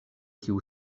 tiu